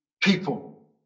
people